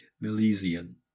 Milesian